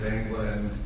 England